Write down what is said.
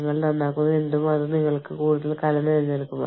ഇന്ത്യയിൽ ഇത് pin code അതായത് തപാൽ സൂചിക നമ്പർ എന്നാണ് അറിയപ്പെടുന്നത്